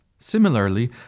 Similarly